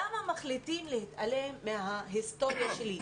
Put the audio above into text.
למה מחליטים להתעלם מההיסטוריה שלי?